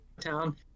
town